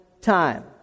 time